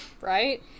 Right